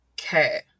Okay